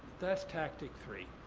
that's tactic three.